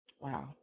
Wow